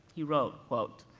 he wrote, quote,